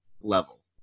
level